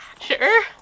Sure